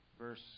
Verse